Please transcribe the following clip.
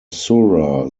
sura